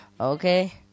okay